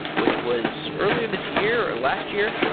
which was earlier this year, or last year.